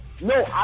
no